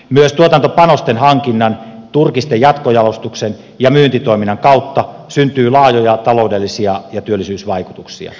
myös tuotantopanosten hankinnan turkisten jatkojalostuksen ja myyntitoiminnan kautta syntyy laajoja taloudellisia ja työllisyysvaikutuksia